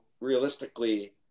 realistically